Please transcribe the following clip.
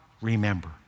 remember